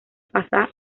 pasa